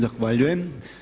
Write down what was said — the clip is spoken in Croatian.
Zahvaljujem.